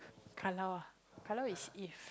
ah is if